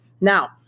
Now